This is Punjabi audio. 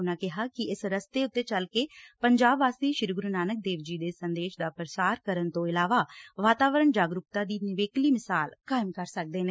ਉਨੂਾ ਕਿਹਾ ਕਿ ਇਸ ਰਸਤੇ ਤੇ ਚੱਲ ਕੇ ਪੰਜਾਬ ਵਾਸੀ ਸ੍ਰੀ ਗੁਰੁ ਨਾਨਕ ਦੇਵ ਜੀ ਦੇ ਸੰਦੇਸ਼ ਦਾ ਪ੍ਰਸਾਰ ਕਰਨ ਤੋਂ ਇਲਾਵਾ ਵਾਤਾਵਰਨ ਜਾਗਰੁਕਤਾ ਦੀ ਨਿਵੇਕਲੀ ਮਿਸਾਲ ਕਾਇਮ ਕਰ ਸਕਦੇ ਨੇ